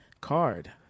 card